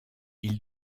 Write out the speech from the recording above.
ils